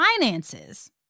finances